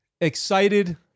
excited